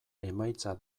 emaitza